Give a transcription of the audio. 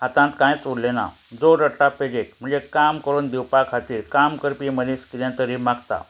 हातांत कांयच उरलें ना जोर रडटा पेजेक म्हणजे काम करून दिवपा खातीर काम करपी मनीस किदें तरी मागता